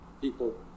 people